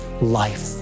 life